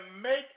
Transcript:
make